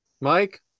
Mike